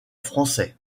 français